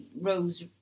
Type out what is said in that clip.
rose